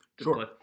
Sure